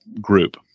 group